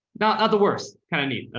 not at the worst kind of need,